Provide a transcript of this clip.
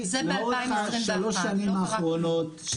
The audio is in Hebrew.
לאורך שלוש שנים אחרונות,